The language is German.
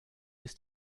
ist